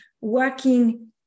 working